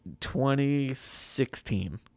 2016